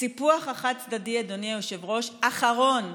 הסיפוח החד-צדדי, אדוני היושב-ראש, אחרון,